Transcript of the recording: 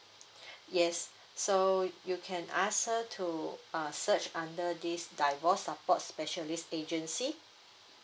yes so you can ask her to uh search under this divorce support specialist agency